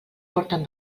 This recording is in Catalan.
porten